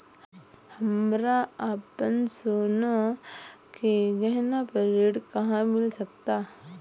हमरा अपन सोने के गहना पर ऋण कहां मिल सकता?